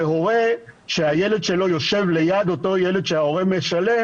ולהורה שהילד שלו יושב ליד אותו ילד של הורה שמשלם